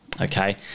okay